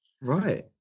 Right